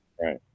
right